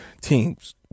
teams